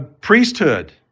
priesthood